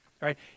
right